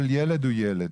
כל ילד וילד.